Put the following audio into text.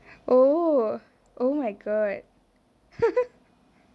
oh oh my god